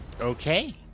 Okay